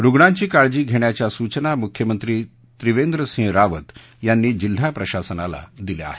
रुग्णांची काळजी घेण्याच्या सूचना मुख्यमंत्री त्रिवेंद्रसिंह रावत यांनी जिल्हा प्रशासनाला दिल्या आहेत